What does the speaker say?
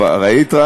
ראית?